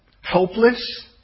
Helpless